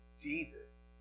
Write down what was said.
Jesus